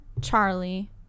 Charlie